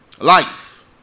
Life